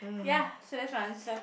ya so that's my answer